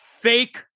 fake